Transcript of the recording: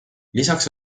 lisaks